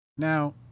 Now